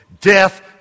Death